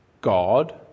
God